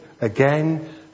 again